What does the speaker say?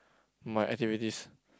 my activities